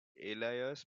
elias